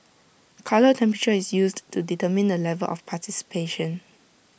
colour temperature is used to determine the level of participation